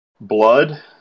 Blood